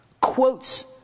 Quotes